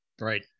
Right